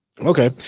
Okay